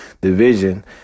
division